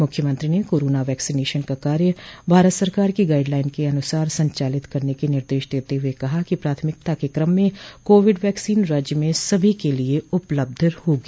मुख्यमंत्री ने corona vaccination का कार्य भारत सरकार की गाइड लाइन के अनुसार संचालित करने के निर्देश देते हुए कहा कि प्राथमिकता के क्रम में कोविड वैक्सीन राज्य में सभी के लिये उपलब्ध होगी